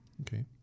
Okay